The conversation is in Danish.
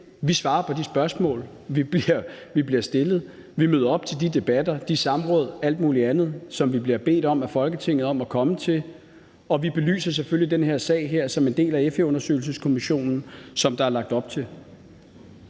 Vi svarer på de spørgsmål, vi bliver stillet. Vi møder op til de debatter, de samråd og alt muligt andet, som vi bliver bedt om af Folketinget at komme til, og vi belyser selvfølgelig den her sag som en del af FE-undersøgelseskommissionen, som der er lagt op til.